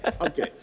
okay